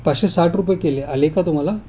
पाचशे साठ रुपये केले आले का तुम्हाला